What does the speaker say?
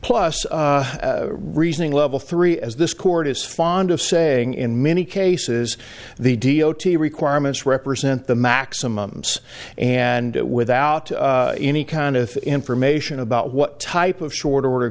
plus reasoning level three as this court is fond of saying in many cases the d o t requirements represent the maximums and without any kind of information about what type of short order